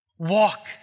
Walk